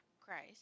Christ